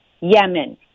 Yemen